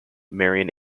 merion